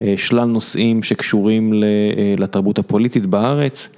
שלל נושאים שקשורים לתרבות הפוליטית בארץ.